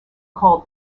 called